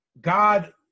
God